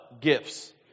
Gifts